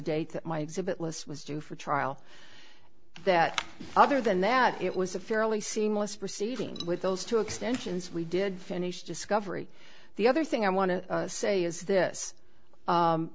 date that my exhibit list was due for trial that other than that it was a fairly seamless proceeding with those two extensions we did finish discovery the other thing i want to say is this